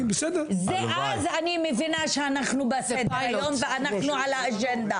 ואז אני מבינה שאנחנו על סדר היום ואנחנו על האג'נדה.